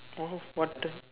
oh what a